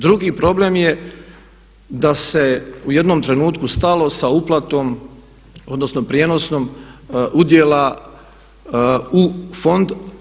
Drugi problem je, da se u jednom trenutku stalo sa uplatom odnosno prijenosom udjela u fond.